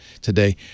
today